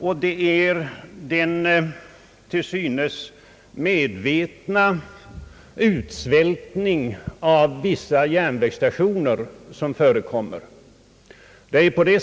Den gäller den till synes medvetna utsvältning av vissa järnvägsstationer som förekommer.